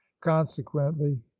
consequently